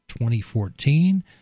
2014